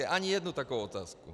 Ani jednu takovou otázku.